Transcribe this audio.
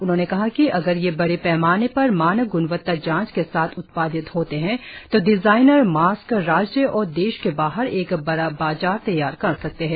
उन्होंने कहा कि अगर ये बड़े पैमाने पर मानक ग्णवत्ता जांच के साथ उत्पादित होते है तो डिजाइनर मास्क राज्य और देश के बाहर एक बड़ा बाजार तैयार कर सकते है